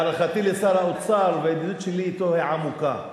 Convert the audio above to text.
הערכתי לשר האוצר והידידות שלי אתו הן עמוקות,